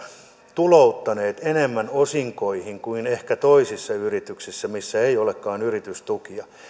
tulouttaneet enemmän osinkoihin kuin ehkä toisissa yrityksissä missä ei olekaan yritystukia